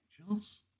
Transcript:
Angels